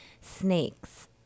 snakes